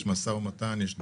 יש מו"מ, יש דיונים.